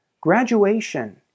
Graduation